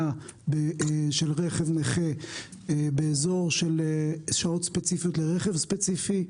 של רכב נכה באזור של שעות ספציפיות לרכב ספציפי.